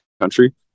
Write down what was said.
country